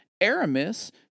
Aramis